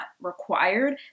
required